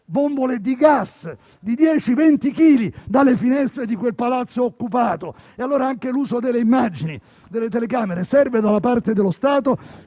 bombole di gas di 10-20 chili dalle finestre di quel palazzo occupato. E allora anche l'uso delle telecamere serve da parte dello Stato